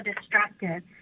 destructive